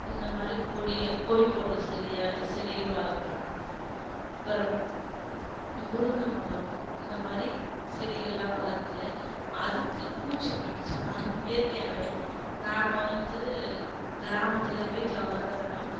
இந்த மாதிரி கொடிக கொடி போடுற செடியை செடிகள் வளர்ப்பேன் அப்புறம் முருங்கமரம் இந்த மாதிரி செடிகள்லாம் வளர்த்து அதுக்கு பூச்சு பட்டுச்சுன்னா இயற்கையாவே தாங்க வந்து கிராமத்தில் வீட்டில் வளர்க்கறன்னா